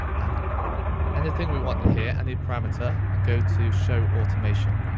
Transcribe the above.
and anything we want in here, any parameter, and go to show automation.